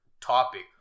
topic